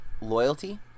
loyalty